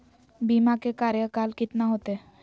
बीमा के कार्यकाल कितना होते?